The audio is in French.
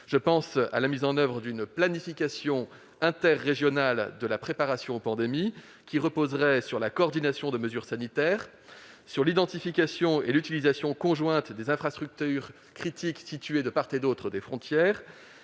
à l'esprit la mise en oeuvre d'une planification interrégionale de la préparation aux pandémies, qui reposerait sur la coordination des mesures sanitaires, l'identification et l'utilisation conjointe des infrastructures critiques situées de part et d'autre des frontières,